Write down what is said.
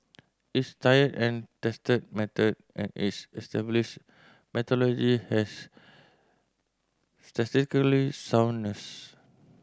it's tried and tested method and it's established methodology has statistically soundness